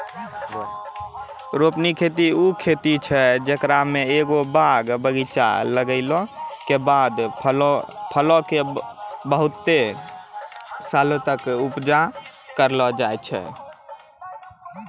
रोपनी खेती उ खेती छै जेकरा मे एगो बाग बगीचा लगैला के बाद फलो के बहुते सालो तक उपजा करलो जाय छै